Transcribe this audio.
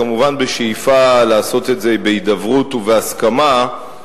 כמובן בשאיפה לעשות את זה בהידברות ובהסכמה,